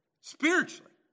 spiritually